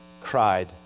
cried